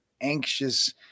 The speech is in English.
anxious